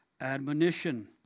admonition